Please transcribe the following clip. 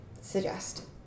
suggest